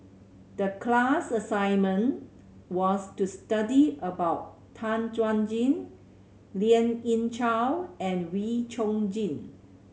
the class assignment was to study about Tan Chuan Jin Lien Ying Chow and Wee Chong Jin